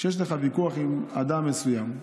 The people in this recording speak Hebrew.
כשיש לך ויכוח עם אדם מסוים,